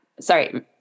sorry